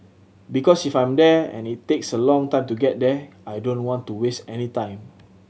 because if I'm there and it takes a long time to get there I don't want to waste any time